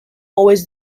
always